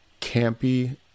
campy